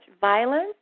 violence